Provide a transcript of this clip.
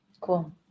Cool